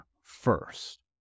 first